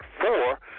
four